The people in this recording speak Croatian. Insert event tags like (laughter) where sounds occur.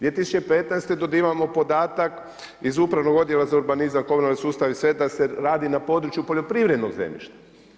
2015. dobivamo podatak, iz upravnog odjela za urbanizam i komunalni sustav … (unintelligible) da se radi na području poljoprivrednog zemljišta.